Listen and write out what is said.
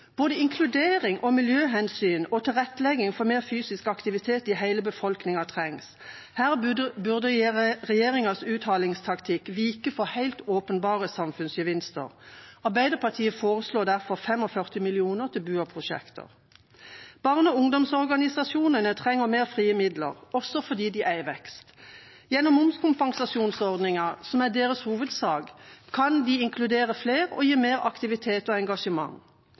Både inkludering, miljøhensyn og tilrettelegging for mer fysisk aktivitet i hele befolkningen trengs. Her burde regjeringas uthalingstaktikk vike for helt åpenbare samfunnsgevinster. Arbeiderpartiet foreslår derfor 45 mill. kr til BUA-prosjekter. Barne- og ungdomsorganisasjonene trenger mer frie midler, også fordi de er i vekst. Gjennom momskompensasjonsordningen, som er deres hovedsak, kan de inkludere flere og gi større aktivitet og engasjement.